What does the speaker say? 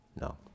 No